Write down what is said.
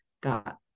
got